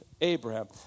Abraham